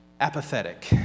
apathetic